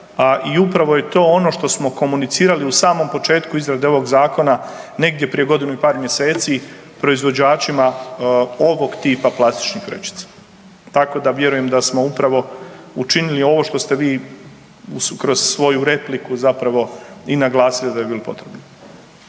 i upravo je to ono što smo komunicirali u samom početku izrade ovog Zakona, negdje prije godinu i par mjeseci, proizvođačima ovog tipa plastičnih vrećica, tako da vjerujem da smo upravo učinili ovo što ste vi kroz svoju repliku zapravo i naglasili da bi bilo potrebno.